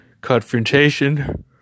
confrontation